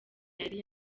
yari